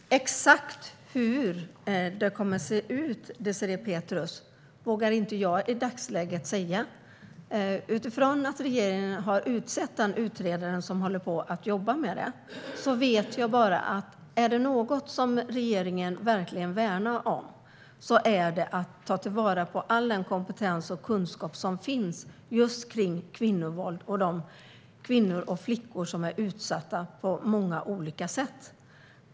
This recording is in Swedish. Fru talman! Exakt hur det kommer att se ut vågar jag inte säga i dagsläget, Désirée Pethrus. Utifrån att regeringen har utsett den utredare som håller på att jobba med detta vet jag bara att om det är något som regeringen verkligen värnar om är det att ta till vara all kompetens och kunskap som finns om kvinnovåld och om de kvinnor och flickor som är utsatta på många olika sätt.